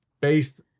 based